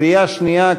בקריאה שנייה,